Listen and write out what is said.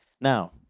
Now